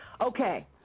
Okay